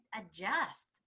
adjust